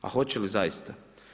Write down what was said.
A hoće li zaista?